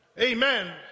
amen